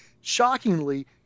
Shockingly